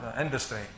industry